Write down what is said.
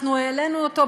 אנחנו העלינו אותנו,